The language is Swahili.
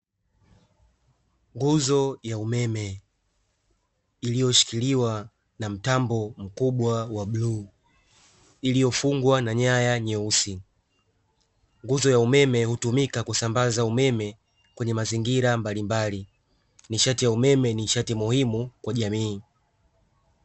Nguzo ya umeme iliyoshikiliwa na mtambo mkubwa wa bluu, iliyofungwa na nyaya nyeusi, nguzo ya umeme hutumika kusambaza umeme kwenye mazingira mbalimbali, nishati ya umeme ni nishati muhimu kwa jamii.